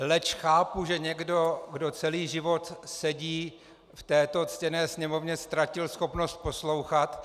Leč chápu, že někdo, kdo celý život sedí v této ctěné Sněmovně, ztratil schopnost poslouchat.